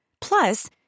Plus